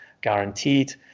guaranteed